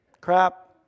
crap